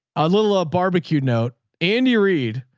a little, a barbecue note. andy reed